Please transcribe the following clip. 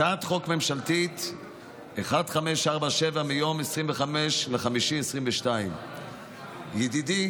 הצעת חוק ממשלתית 1547 מיום 25 במאי 2022. ידידי